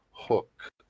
hook